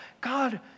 God